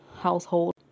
household